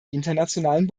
internationalen